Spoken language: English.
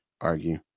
argue